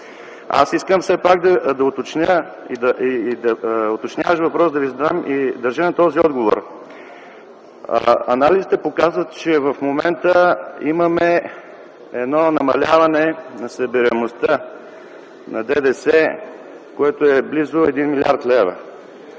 Аз искам все пак да Ви задам уточняващ въпрос и държа на този отговор. Анализите показват, че в момента имаме едно намаляване на събираемостта на ДДС, което е близо 1 млрд. лв.